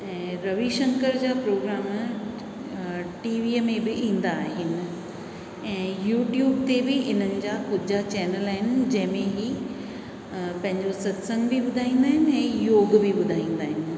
ऐं रविशंकर जा प्रोग्राम टीवीअ में बि ईंदा आहिनि ऐं यूट्यूब ते बि इन्हनि जा ख़ुदि जा चैनल आहिनि जंहिंमे ई पंहिंजो सतसंग बि ॿुधाईंदा आहिनि ऐं योग बि ॿुधाईंदा आहिनि